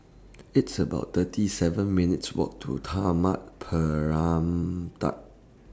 It's about thirty seven minutes' Walk to Taman Permata